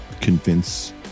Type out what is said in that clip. convince